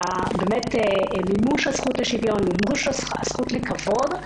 מימוש הזכות לשוויון ומימוש הזכות לכבוד,